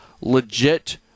legit